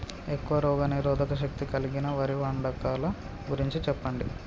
ఎక్కువ రోగనిరోధక శక్తి కలిగిన వరి వంగడాల గురించి చెప్పండి?